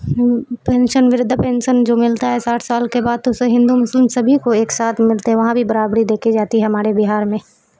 pension وردھا pension جو ملتا ہے ساٹھ سال کے بعد تو اسے ہندو مسلم سبھی کو ایک ساتھ ملتے ہیں وہاں بھی برابری دیکھی جاتی ہے ہمارے بہار میں